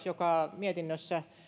joka talousvaliokunnan mietinnössä